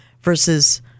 versus